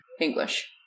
English